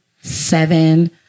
seven